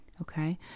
okay